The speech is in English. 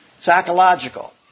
Psychological